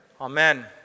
Amen